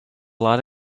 lot